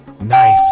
Nice